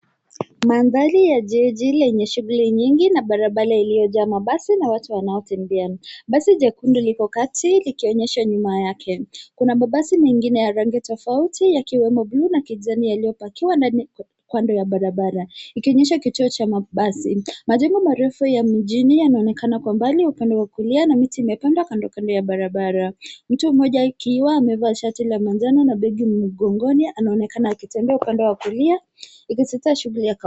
Mandhari ya jiji lenye shughuli nyingi na barabara iliyojaa mabasi na watu wanaotembea basi jekundu liko kati likionyeshwa nyuma yake, kuna mabasi mengine ya rangi tofauti yakiwemo bluu na kijani yaliyopakiwa kando ya barabara ikionyesha kituo cha mabasi majengo marefu ya mjini yanaonekana kwa mbali upande wa kulia na miti imepandwa kandokando barabara mtu mmoja ikiwa amevaa shati la manjano na begi mgongoni anaonekana akitembea upande wa kulia.